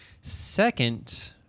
Second